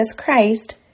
Christ